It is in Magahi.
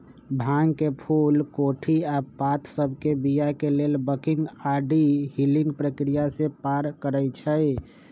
भांग के फूल कोढ़ी आऽ पात सभके बीया के लेल बंकिंग आऽ डी हलिंग प्रक्रिया से पार करइ छै